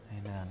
amen